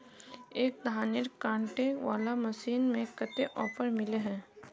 एक धानेर कांटे वाला मशीन में कते ऑफर मिले है?